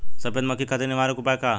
सफेद मक्खी खातिर निवारक उपाय का ह?